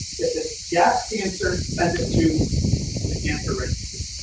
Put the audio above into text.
if it's yes, cancer', send it to the cancer registry.